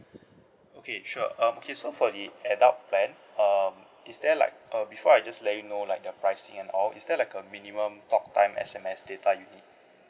okay sure um okay so for the adult plan um is there like uh before I just let you know like the pricing and all is there like a minimum talk time S_M_S data you need